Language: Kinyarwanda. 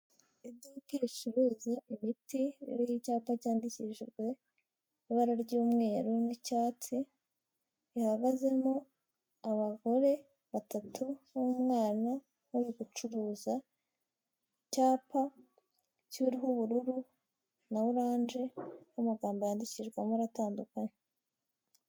Iduka ricuruza imiti, ririho icyapa cyandikishijwe ibara ry'umweru n'icyatsi, rihagazemo abagore batatu n'umwana uri gucuruza, icyapa cyiriho ubururu na oranje, n'amagambo yandikirwamo atandukanye.